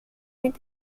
mit